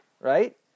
right